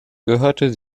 gehörte